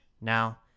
Now